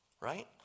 Right